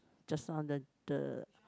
just now the the